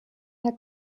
herr